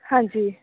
ਹਾਂਜੀ